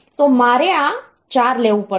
તો મારે આ 4 લેવું પડશે